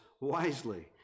wisely